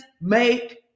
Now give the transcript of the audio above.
make